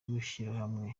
w’ishyirahamwe